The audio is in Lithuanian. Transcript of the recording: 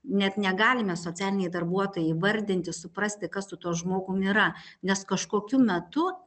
net negalime socialiniai darbuotojai įvardinti suprasti kas su tuo žmogum yra nes kažkokiu metu